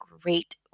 great